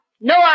No